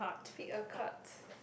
pick a cart